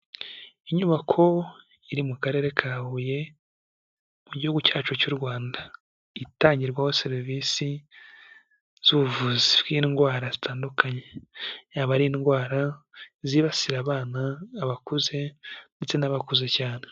Inyubako iri mu karere ka Huye, mu gihugu cyacu cy'u Rwanda. Itangirwaho serivisi z'ubuvuzi bw'indwara zitandukanye yaba ari indwara zibasira abana abakuze ndetse n'abakuze cyane.